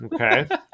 Okay